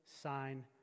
sign